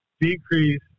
decrease